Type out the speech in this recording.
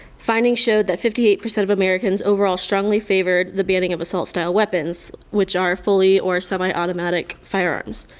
findings showed that fifty eight percent of americans overall strongly favored the banning of assault-style weapons which are fully or semiautomatic firearms.